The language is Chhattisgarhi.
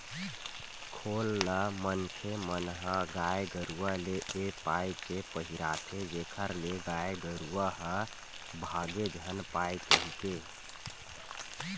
खोल ल मनखे मन ह गाय गरुवा ले ए पाय के पहिराथे जेखर ले गाय गरुवा ह भांगे झन पाय कहिके